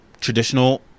traditional